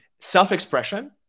Self-expression